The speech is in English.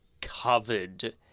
covered